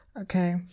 Okay